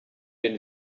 den